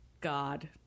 God